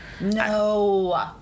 No